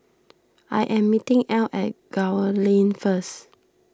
I am meeting Ell at Gul Lane first